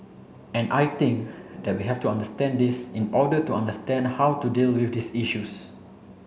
and I think that we have to understand this in order to understand how to deal with these issues